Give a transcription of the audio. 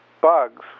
bugs